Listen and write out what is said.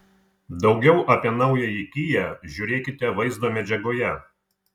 daugiau apie naująjį kia žiūrėkite vaizdo medžiagoje